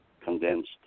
condensed